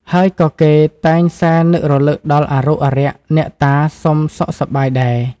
ហើយក៏គេតែងសែននឹករំលឹកដល់អារុក្ខអារក្ស អ្នកតាសុំសុខសប្បាយដែរ។